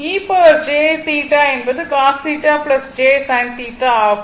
e jθ என்பது cos θ j sin θ ஆகும்